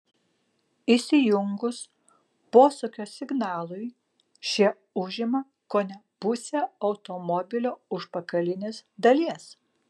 įsijungus posūkio signalui šie užima kone pusę automobilio užpakalinės dalies